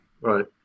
Right